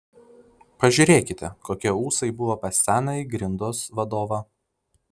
pažiūrėkite kokie ūsai buvo pas senąjį grindos vadovą